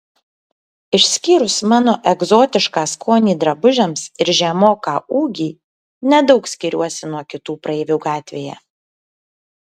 išskyrus mano egzotišką skonį drabužiams ir žemoką ūgį nedaug skiriuosi nuo kitų praeivių gatvėje